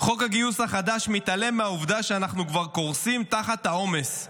חוק הגיוס החדש מתעלם מהעובדה שאנחנו כבר קורסים תחת העומס.